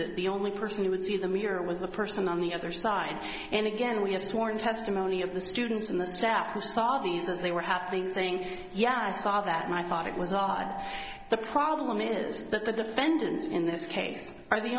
it the only person who would see the mirror was the person on the other side and again we have sworn testimony of the students and the staff who saw these as they were happening saying yeah i saw that my thought it was odd the problem is that the defendants in this case are the